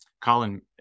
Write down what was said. Colin